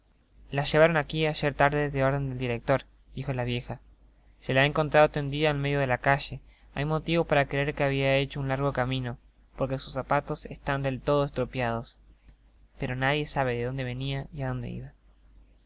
la llevaron aqui ayer tarde de orden del director dijo la vieja se la ha encontrado tendida al medio de la calle hay motivo para creer que habia hecho un largo camino porque sus zapatos están del todo estropeados pero nadie sabe de donde venia y á donde iba